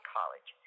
College